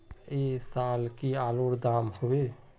ऐ साल की आलूर र दाम होबे?